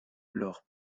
leur